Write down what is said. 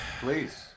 Please